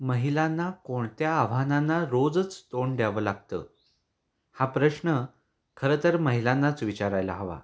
महिलांना कोणत्या आव्हानांना रोजच तोंड द्यावं लागतं हा प्रश्न खरंं तर महिलांनाच विचारायला हवा